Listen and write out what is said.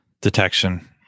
detection